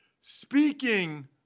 Speaking